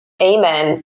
amen